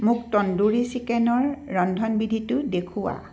মোক তন্দুৰী চিকেনৰ ৰন্ধনবিধিটো দেখুওৱা